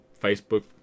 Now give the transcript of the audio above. Facebook